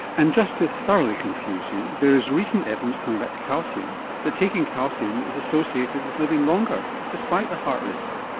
and just to thoroughly confuse you, there is recent evidence, coming back to calcium, that taking calcium is associated with living longer despite the heart risk.